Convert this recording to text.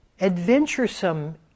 adventuresome